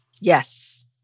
Yes